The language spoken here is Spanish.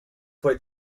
fue